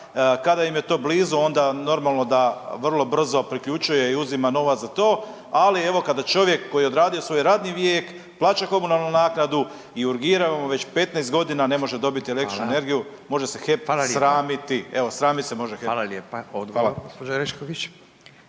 kada im je to blizu onda normalno da vrlo brzo priključuje i uzima novac za to, ali evo kada čovjek koji je odradio svoj radni vijek, plaća komunalnu naknadu i urgiramo već 15 godina ne može dobiti električnu energiju. Može se HEP sramiti evo sramit se može HEP. Hvala. **Radin, Furio